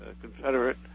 confederate